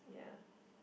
ya